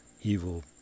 evil